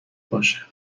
باشه